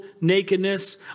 nakedness